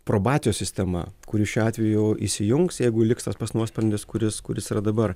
probacijos sistema kuri šiuo atveju įsijungs jeigu liks tas pats nuosprendis kuris kuris yra dabar